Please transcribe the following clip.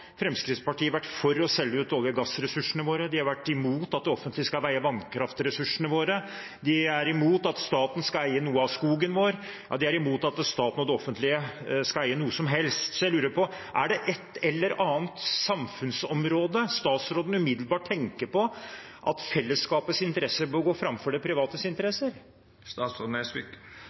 Fremskrittspartiet vært for å selge ut olje- og gassressursene våre, de har vært imot at det offentlige skal eie vannkraftressursene våre, de er imot at staten skal eie noe av skogen vår – de er imot at staten og det offentlige skal eie noe som helst. Så jeg lurer på: Er det noe samfunnsområde hvor statsråden umiddelbart tenker at fellesskapets interesser bør gå foran privates interesser?